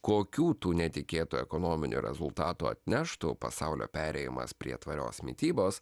kokių tų netikėtų ekonominių rezultatų atneštų pasaulio perėjimas prie tvarios mitybos